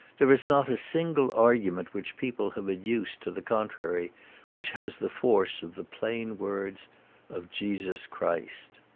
there is not a single argu ment which people have adduced to the contrary which has the force of the plain words of jesus christ.